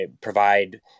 provide